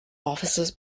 offices